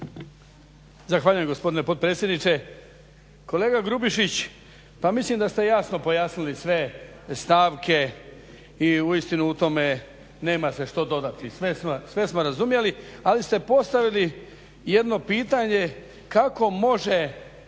Zahvaljujem gospodine potpredsjedniče. Kolega Grubišić, pa mislim da ste jasno pojasnili sve stavke i uistinu u tome nema se što dodati. Sve smo razumjeli. Ali ste postavili jedno pitanje kako može